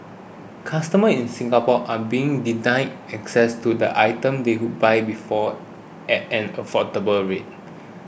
customers in Singapore are being denied access to the items they could buy before at an affordable rate